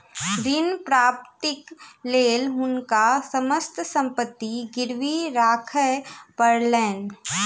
ऋण प्राप्तिक लेल हुनका समस्त संपत्ति गिरवी राखय पड़लैन